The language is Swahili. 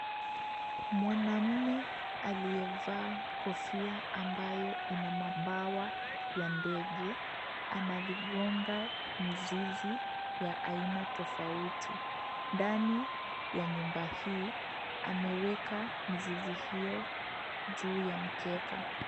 Mwanamme aliyevaa kofia ambayo ina mabawa ya ndege. Anavigonga mizizi ya aina tofauti. Ndani ya nyumba hii ameweka mizizi hiyo juu ya mkeka.